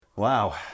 Wow